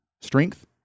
strength